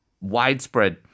widespread